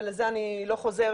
ולזה אני לא חוזרת,